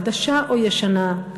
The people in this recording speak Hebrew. חדשה או ישנה,